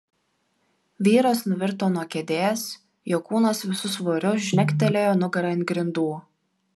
vyras nuvirto nuo kėdės jo kūnas visu svoriu žnektelėjo nugara ant grindų